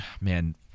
Man